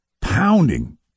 pounding